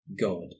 God